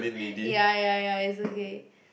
ya ya ya it's okay